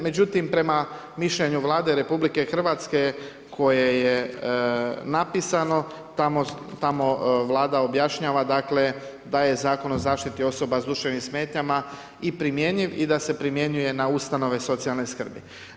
Međutim prema mišljenju Vlade RH koje je napisano, tamo Vlada objašnjava da je Zakon o zaštiti osoba s duševnim smetnjama i primjenjiv i da se primjenjuje na ustanove socijalne skrbi.